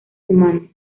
humanos